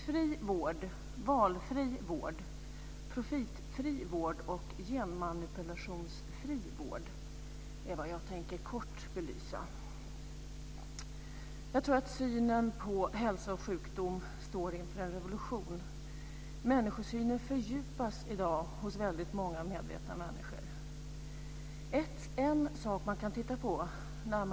Vi anser därför att regeringen bör lägga fram en handlingsplan för hur hälso och sjukvården för kvinnor och mäns ska utformas så att vården i ordets rätta bemärkelse ska bli jämställd.